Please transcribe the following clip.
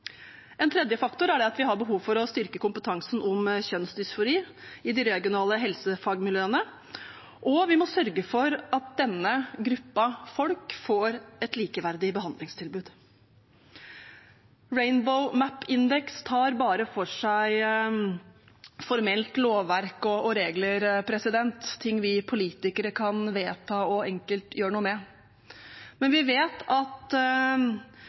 En tredje faktor er at vi har behov for å styrke kompetansen om kjønnsdysfori i de regionale helsefagmiljøene, og vi må sørge for at denne gruppen folk får et likeverdig behandlingstilbud. «Rainbow Map&Index» tar bare for seg formelt lovverk og regler, ting vi politikere kan vedta og enkelt gjøre noe med. Men vi vet at